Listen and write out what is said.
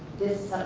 this